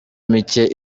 mike